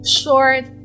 short